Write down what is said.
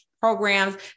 programs